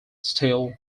steele